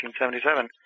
1977